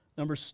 Number